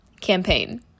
campaign